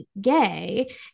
gay